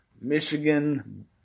Michigan